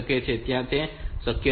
તેથી ત્યાં તે એક શક્યતા છે